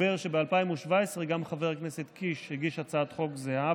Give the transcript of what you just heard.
התברר שב-2017 גם חבר הכנסת קיש הגיש הצעת חוק זהה,